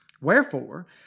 Wherefore